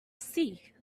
see